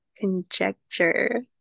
conjecture